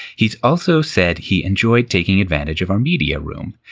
he's also said he enjoyed taking advantage of our media room.